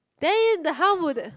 then you the how would the